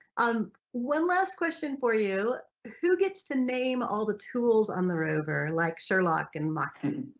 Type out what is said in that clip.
um one last question for you who gets to name all the tools on the rover like sherlock and moxie?